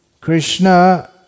Krishna